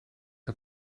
der